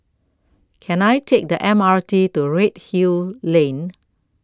Can I Take The M R T to Redhill Lane